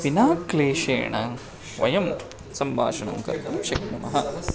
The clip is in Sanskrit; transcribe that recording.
विना क्लेशेण वयं सम्भाषणं कर्तुं शक्नुमः